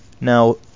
Now